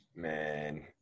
Man